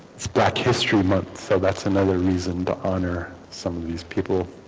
it's black history month so that's another reason to honor some of these people